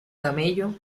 camello